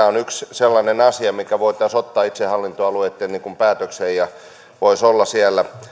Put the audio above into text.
on yksi sellainen asia mikä voitaisiin ottaa itsehallintoalueitten päätökseen ja mikä voisi olla siellä